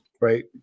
Right